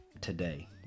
today